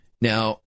Now